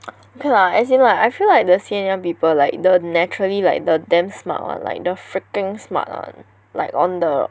okay lah as in like I feel like the senior people like the naturally like the damn smart [one] like the freaking smart [one] like on the